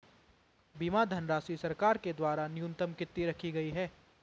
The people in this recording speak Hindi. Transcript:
बीमा धनराशि सरकार के द्वारा न्यूनतम कितनी रखी गई है?